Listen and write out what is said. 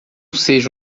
seja